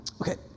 Okay